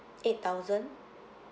eight thousand